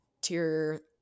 Tier